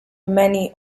many